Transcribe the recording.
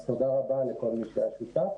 אז תודה רבה ל כל מי שהיה שותף.